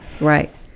right